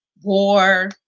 War